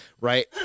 right